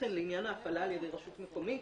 לעניין ההפעלה על ידי רשות מקומית.